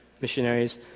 Missionaries